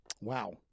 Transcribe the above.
Wow